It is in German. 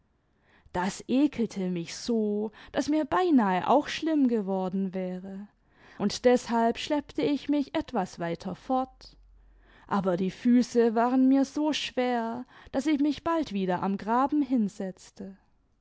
das ekelte mich so daß mir beinahe auch schlimm geworden wäre und deshalb schleppte ich mich etwas weiter fort aber die füße waren mir so schwer daß ich mich bald wieder am graben hinsetzte